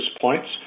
points